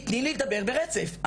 תני לי לדבר ברצף,